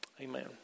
Amen